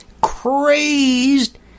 crazed